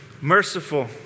Merciful